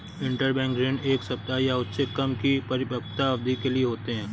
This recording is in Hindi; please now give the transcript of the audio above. इंटरबैंक ऋण एक सप्ताह या उससे कम की परिपक्वता अवधि के लिए होते हैं